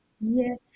Yes